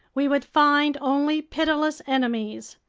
we would find only pitiless enemies.